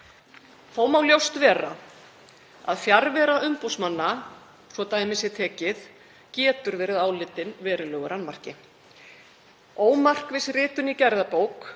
Þó má ljóst vera að fjarvera umboðsmanna, svo dæmi sé tekið, getur verið álitinn verulegur annmarki. Ómarkviss ritun í gerðabók,